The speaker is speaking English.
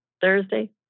Thursday